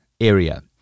area